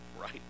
right